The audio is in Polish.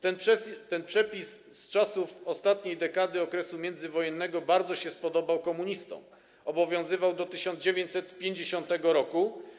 Ten przepis z czasów ostatniej dekady okresu międzywojennego bardzo się spodobał komunistom, obowiązywał do 1950 r.